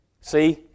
See